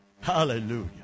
Hallelujah